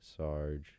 Sarge